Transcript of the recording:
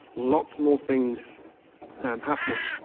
lots more things um happening.